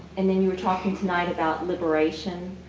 and then you were talking tonight about liberation